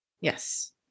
Yes